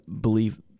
believe